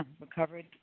recovered